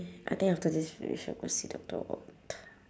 I think after this we should go see doctor